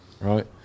Right